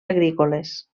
agrícoles